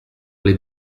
les